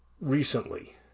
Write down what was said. recently